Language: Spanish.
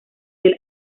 del